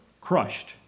crushed